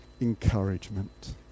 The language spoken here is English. encouragement